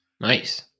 Nice